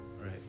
Right